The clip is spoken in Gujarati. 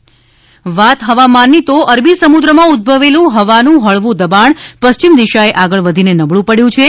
હવામાન અરબી સમુદ્રમાં ઉદ્દભવેલું હવાનું હળવું દબાણ પશ્ચિમ દિશાએ આગળ વધીને નબળુ પડ્યું છે